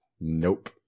nope